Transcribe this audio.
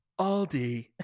Aldi